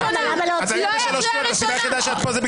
גלעד, היו שלוש הצבעות לא חוקיות.